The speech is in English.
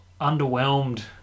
underwhelmed